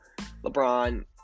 LeBron